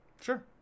Sure